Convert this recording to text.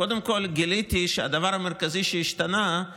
וקודם כול גיליתי שהדבר המרכזי שהשתנה הוא